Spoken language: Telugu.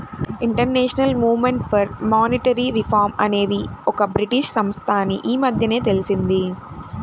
international movement for monetary reform అనేది ఒక బ్రిటీష్ సంస్థ అని ఈ మధ్యనే తెలిసింది